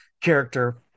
character